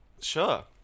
sure